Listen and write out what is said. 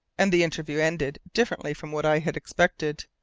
and the interview ended differently from what i had expected,